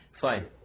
fine